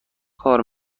کار